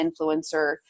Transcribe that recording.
influencer